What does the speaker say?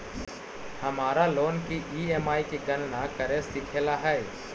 हमारा लोन की ई.एम.आई की गणना करे सीखे ला हई